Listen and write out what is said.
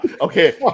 Okay